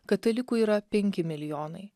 katalikų yra penki milijonai